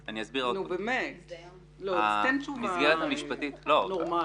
תן תשובה נורמלית.